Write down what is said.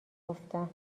گفتم